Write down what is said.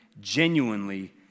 genuinely